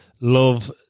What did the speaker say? love